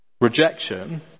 Rejection